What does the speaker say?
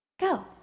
Go